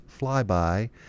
flyby